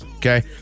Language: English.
Okay